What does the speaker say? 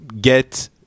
get